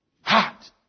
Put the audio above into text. Hot